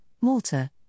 Malta